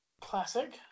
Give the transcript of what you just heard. classic